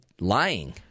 lying